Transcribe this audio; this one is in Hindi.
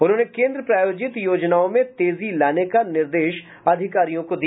उन्होंने केन्द्र प्रायोजित योजनाओं में तेजी लाने का निर्देश अधिकारियों को दिया